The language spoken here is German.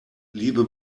liebe